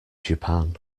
japan